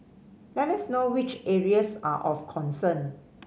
let us know which areas are of concern